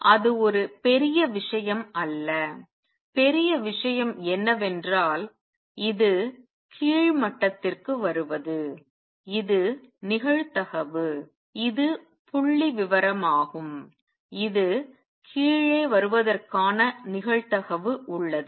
எனவே அது ஒரு பெரிய விஷயம் அல்ல பெரிய விஷயம் என்னவென்றால் இது கீழ் மட்டத்திற்கு வருவது இது நிகழ்தகவு இது புள்ளிவிவரமாகும் இது கீழே வருவதற்கான நிகழ்தகவு உள்ளது